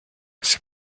ses